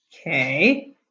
Okay